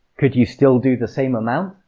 could you still do the same amount?